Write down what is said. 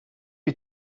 ich